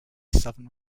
southern